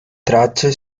tracce